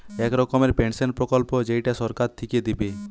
এক রকমের পেনসন প্রকল্প যেইটা সরকার থিকে দিবে